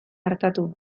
artatu